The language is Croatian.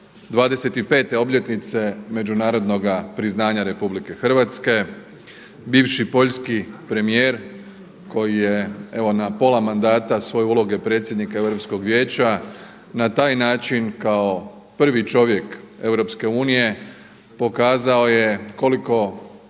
25. obljetnice međunarodnoga priznanja RH. Bivši poljski premijer koji je evo na pola mandata svoje uloge predsjednika Europskog vijeća na taj način kao prvi čovjek EU pokazao je koliko